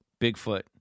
Bigfoot